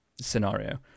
scenario